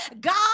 God